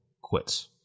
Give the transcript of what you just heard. quits